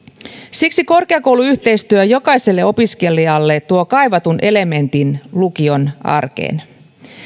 siksi korkeakouluyhteistyö tuo jokaiselle opiskelijalle kaivatun elementin lukion arkeen